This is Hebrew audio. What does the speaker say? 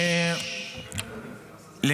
תודה רבה, אדוני היושב-ראש.